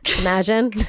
Imagine